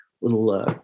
little